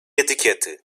etykiety